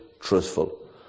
truthful